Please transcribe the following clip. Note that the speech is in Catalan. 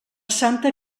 santa